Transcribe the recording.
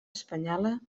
espanyola